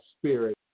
spirit